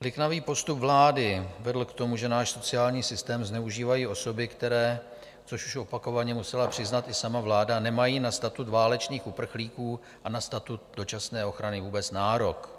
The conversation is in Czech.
Liknavý postup vlády vedl k tomu, že náš sociální systém zneužívají osoby, které, což už opakovaně musela přiznat i sama vláda, nemají na statut válečných uprchlíků a na statut dočasné ochrany vůbec nárok.